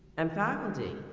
and faculty